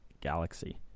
Galaxy